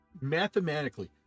Mathematically